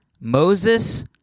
Moses